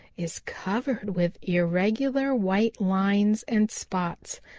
is covered with irregular white lines and spots,